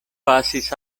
pasis